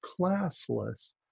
classless